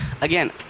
again